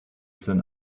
sun